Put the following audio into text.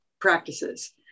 practices